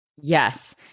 Yes